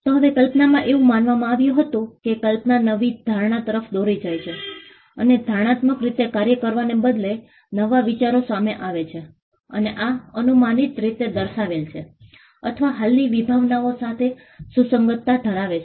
તો હવે કલ્પનામાં એવું માનવામાં આવતું હતું કે કલ્પના નવી ધારણા તરફ દોરી જાય છે અને ધારણાત્મક રીતે કાર્ય કરવાને કારણે નવા વિચારો સામે આવે છે અને આ અનુમાનિત રીતે દર્શાવેલ છે અથવા હાલની વિભાવનાઓ સાથે સુસંગતતા ધરાવે છે